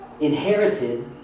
inherited